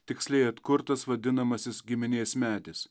tiksliai atkurtas vadinamasis giminės medis